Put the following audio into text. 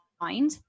mind